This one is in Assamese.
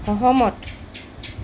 সহমত